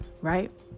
right